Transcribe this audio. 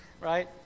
right